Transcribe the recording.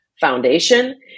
Foundation